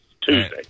Tuesday